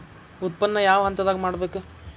ಉತ್ಪನ್ನ ಯಾವ ಹಂತದಾಗ ಮಾಡ್ಬೇಕ್?